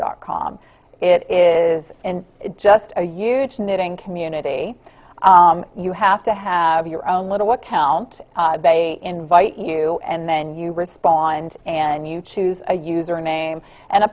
dot com it is in just a huge knitting community you have to have your own little what count they invite you and then you respond and you choose a username and a